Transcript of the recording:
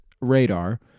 radar